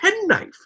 penknife